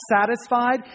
satisfied